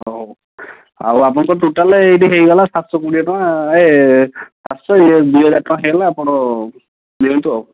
ହଉ ଆଉ ଆପଣଙ୍କ ଟୋଟାଲ୍ ଏଇଠି ହେଇଗଲା ସାତଶହ କୋଡ଼ିଏ ଟଙ୍କା ଏ ଆଠଶହ ଏ ଦୁଇହଜାର ଟଙ୍କା ହେଇଗଲା ଆପଣ ଦିଅନ୍ତୁ ଆଉ